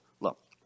Look